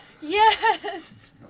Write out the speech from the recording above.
Yes